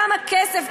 כמה כסף,